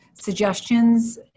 suggestions